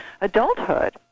adulthood